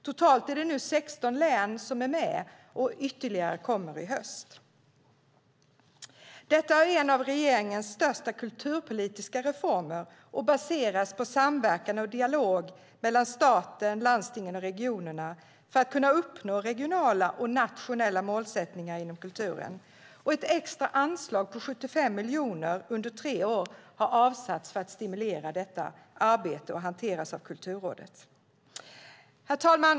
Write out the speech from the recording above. Totalt är det nu 16 län som är med, och ytterligare kommer i höst. Detta är en av regeringens största kulturpolitiska reformer och baseras på samverkan och dialog mellan staten, landstingen och regionerna för att kunna uppnå regionala och nationella målsättningar inom kulturen. Ett extra anslag på 75 miljoner under tre år har avsatts för att stimulera detta arbete och hanteras av Kulturrådet. Herr talman!